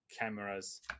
cameras